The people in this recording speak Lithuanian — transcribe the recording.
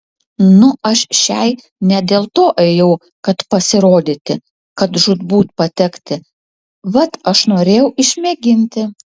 nu aš šiai ne dėl to ėjau kad pasirodyti kad žūtbūt patekti vat aš norėjau išmėginti